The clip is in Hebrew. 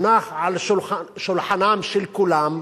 הונח על שולחנם של כולם,